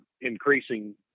increasing